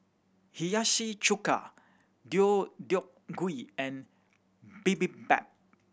Hiyashi Chuka Deodeok Gui and Bibimbap